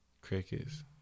Crickets